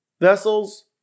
vessels